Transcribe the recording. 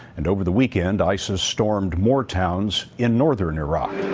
and over the weekend, isis stormed more towns in northern iraq.